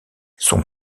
son